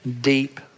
deep